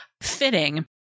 fitting